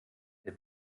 der